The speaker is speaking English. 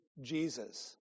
Jesus